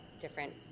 different